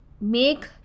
make